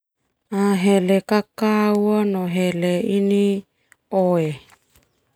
Hele kakau no hele ini oe.